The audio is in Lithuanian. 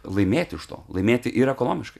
laimėti iš to laimėti ir ekonomiškai